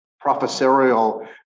professorial